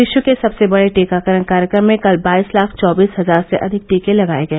विश्व के सदसे बड़े टीकाकरण कार्यक्रम में कल बाईस लाख चौबीस हजार से अधिक टीके लगाए गए